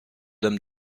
dame